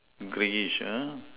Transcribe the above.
Greyish ah